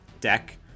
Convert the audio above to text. deck